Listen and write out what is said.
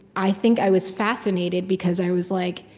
i think i was fascinated, because i was like,